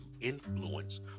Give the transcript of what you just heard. influence